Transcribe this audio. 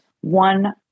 one